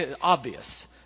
obvious